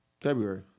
February